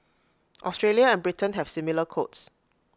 Australia and Britain have similar codes